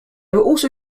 also